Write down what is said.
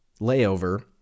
layover